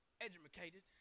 educated